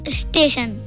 station